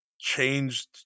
changed